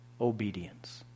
obedience